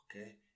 okay